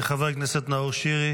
בשנים האחרונות,